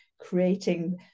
creating